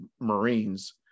Marines